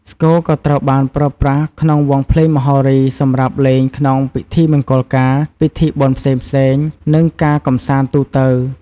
ស្គរក៏ត្រូវបានប្រើប្រាស់ក្នុងវង់ភ្លេងមហោរី សម្រាប់លេងក្នុងពិធីមង្គលការ ពិធីបុណ្យផ្សេងៗ និងការកម្សាន្តទូទៅ។